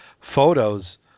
photos